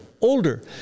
older